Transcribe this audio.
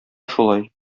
шулай